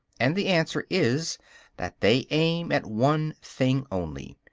and the answer is that they aim at one thing only,